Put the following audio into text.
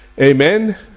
Amen